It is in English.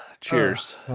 cheers